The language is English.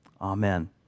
Amen